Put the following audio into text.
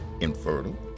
infertile